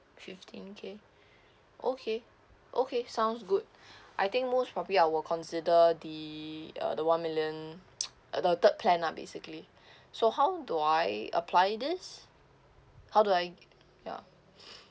fifteen K okay okay sounds good I think most probably I will consider the uh the one million the third plan lah basically so how do I apply this how do I ya